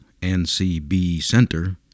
ncbcenter